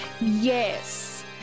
Yes